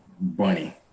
bunny